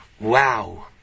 wow